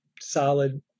solid